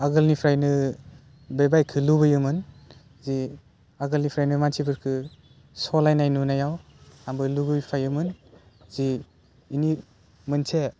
आगोलनिफ्रायनो बे बाइकखौ लुबैयोमोन जि आगोलनिफ्रायनो मानसिफोरखौ सलायनाय नुनायाव आंबो लुबैफायोमोन जे एनि मोनसे